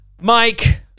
Mike